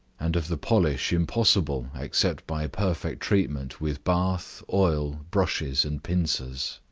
and of the polish impossible except by perfect treatment with bath, oil, brushes, and pincers.